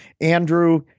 Andrew